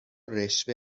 رشوه